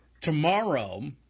Tomorrow